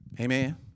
Amen